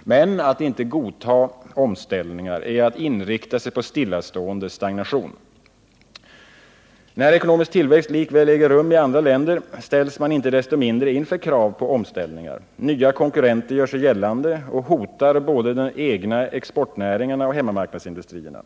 Men att inte godta omställningar är att inrikta sig på stillastående, stagnation. När ekonomisk tillväxt likväl äger rum i andra länder ställs man inte desto mindre inför krav på omställningar. Nya konkurrenter gör sig gällande och hotar både de egna exportnäringarna och hemmamarknadsindustrierna.